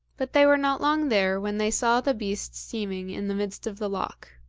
but they were not long there when they saw the beast steaming in the midst of the loch.